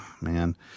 man